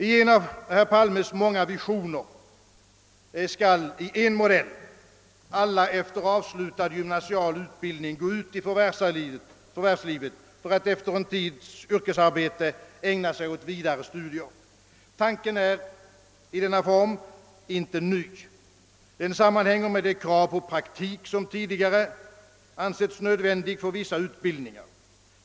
I en av herr Palmes många visioner skall — i en modell — alla elever efter avslutad gymnasial utbildning gå ut i förvärvslivet och sedan efter en tids yrkesarbete ägna sig åt vidare studier. Tanken är i denna form inte ny. Den sammanhänger med de krav på praktik som tidigare har ansetts nödvändiga att uppställa för utbildning av visst slag.